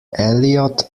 elliott